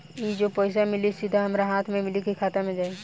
ई जो पइसा मिली सीधा हमरा हाथ में मिली कि खाता में जाई?